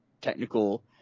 technical